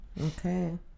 Okay